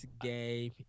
game